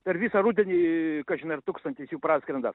per visą rudenį kažin ar tūkstantis jų praskrenda